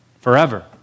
Forever